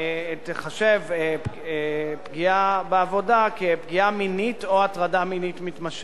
תיחשב פגיעה בעבודה פגיעה מינית או הטרדה מינית מתמשכת.